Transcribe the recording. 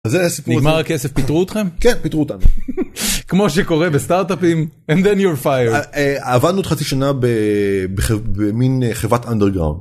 אז זה הסיפור. נגמר הכסף פיטרו אתכם? כן, פיטרו אותנו. כמו שקורה בסטארטאפים and then you're fired. עבדנו עוד חצי שנה במין חברת אנדרגאונד.